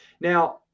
now